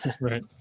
Right